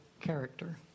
character